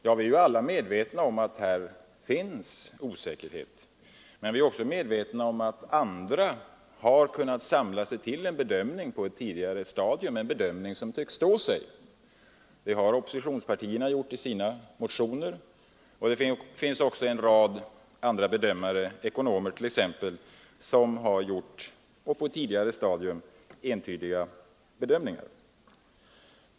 Ja, vi är alla medvetna om att det råder osäkerhet men vi är också medvetna om att andra har kunnat samla sig till en bedömning på ett tidigare stadium — en bedömning som tycks stå sig. Oppositionspartierna har gjort det i sina motioner. Det finns också många ekonomer som på ett tidigare stadium har gjort entydiga bedömningar.